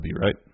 right